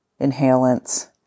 inhalants